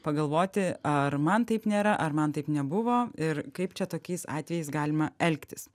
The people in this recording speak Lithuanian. pagalvoti ar man taip nėra ar man taip nebuvo ir kaip čia tokiais atvejais galima elgtis